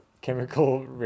chemical